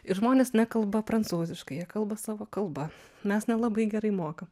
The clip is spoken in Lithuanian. ir žmonės nekalba prancūziškai jie kalba savo kalba mes nelabai gerai mokam